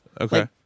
Okay